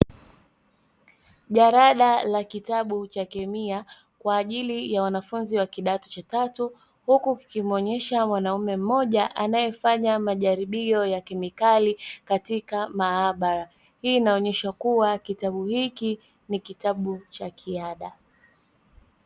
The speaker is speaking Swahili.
Jalada la kitabu cha kemia kwa ajili ya wanafunzi wa kidato cha tatu, huku kikimuonesha mwanaume mmoja anayefanya majaribio ya kemikali katika maabara. Hii inaonesha kuwa kitabu hiki ni kitabu cha kiada.